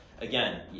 again